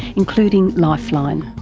including lifeline,